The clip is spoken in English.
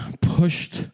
pushed